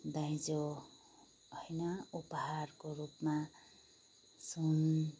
दाइजो होइन उपाहरको रुपमा सुन